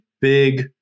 big